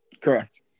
Correct